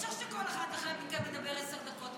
אי-אפשר שכל אחד ואחד מכם ידבר עשר דקות,